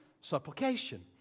supplication